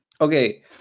okay